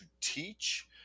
teach